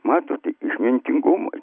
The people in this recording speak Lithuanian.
matote išmintingumui